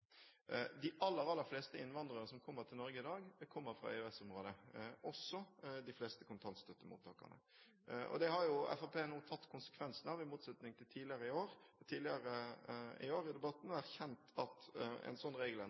De aller fleste innvandrere som kommer til Norge i dag, kommer fra EØS-området, også de fleste kontantstøttemottakerne. Det har Fremskrittspartiet nå tatt konsekvensen av – i motsetning til i debatter tidligere i år – og erkjent at en sånn